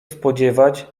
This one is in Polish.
spodziewać